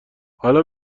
حالا